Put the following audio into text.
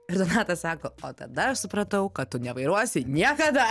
ir donatas sako o tada aš supratau kad tu nevairuosi niekada